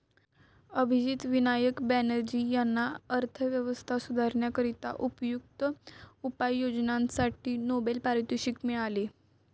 अभिजित विनायक बॅनर्जी यांना अर्थव्यवस्था सुधारण्याकरिता उपयुक्त उपाययोजनांसाठी नोबेल पारितोषिक मिळाले